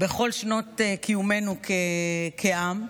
בכל שנות קיומנו כעם.